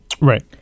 Right